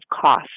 cost